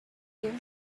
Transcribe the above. you